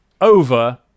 over